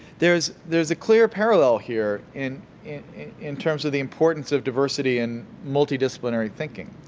there's there's a clear parallel here in in terms of the importance of diversity and multi-disciplinary thinking.